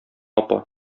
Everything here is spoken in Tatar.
апа